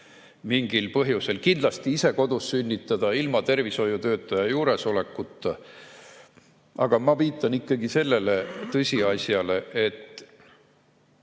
mingil põhjusel kindlasti ise kodus sünnitada ilma tervishoiutöötaja juuresolekuta. Aga ma viitan ikkagi sellele tõsiasjale –